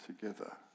together